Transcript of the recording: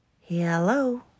Hello